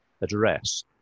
address